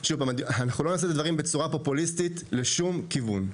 אנחנו לא נעשה את הדברים בצורה פופוליסטית לשום כיוון.